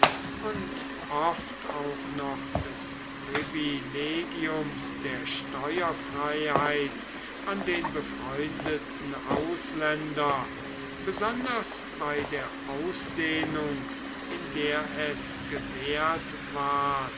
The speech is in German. und oft auch noch des privilegiums der steuerfreiheit an den befreundeten ausländer besonders bei der ausdehnung in der es gewährt ward